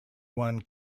one